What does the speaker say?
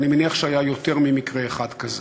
אני מניח שהיו יותר ממקרה אחד כזה.